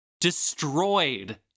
destroyed